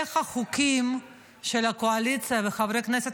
איך החוקים של הקואליציה וחברי הכנסת